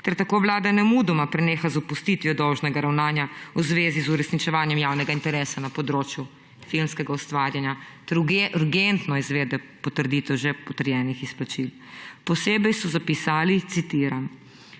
ter tako Vlada nemudoma preneha z opustitvijo dolžnega ravnanja v zvezi z uresničevanjem javnega interesa na področju filmskega ustvarjanja ter urgentno izvede potrditev že potrjenih izplačil. Posebej so zapisali, citiram: